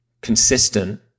consistent